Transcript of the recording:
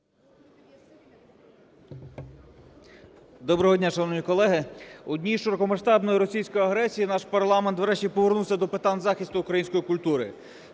Доброго дня, шановні колеги! У дні широкомасштабної російської агресії наш парламент врешті повернувся до питань захисту української культури.